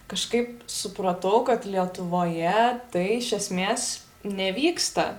kažkaip supratau kad lietuvoje tai iš esmės nevyksta